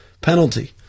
penalty